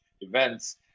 events